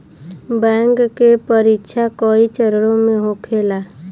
bank के परीक्षा कई चरणों में होखेला